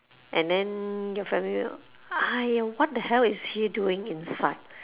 and then your family member !aiya! what the hell is he doing inside